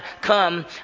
come